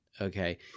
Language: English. okay